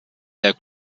der